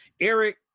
Eric